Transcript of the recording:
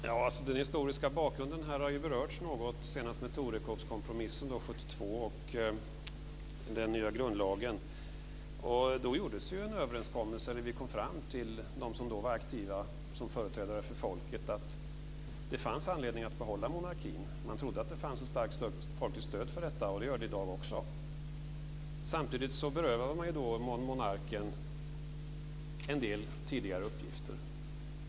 Herr talman! Den historiska bakgrunden har ju berörts något, senast när det gällde Torekovskompromissen 1972 och den nya grundlagen. De som då var aktiva som företrädare för folket kom fram till att det fanns anledning att behålla monarkin. Man trodde att det fanns ett starkt folkligt stöd för detta, och det gör det i dag också. Samtidigt berövade man då monarken en del tidigare uppgifter.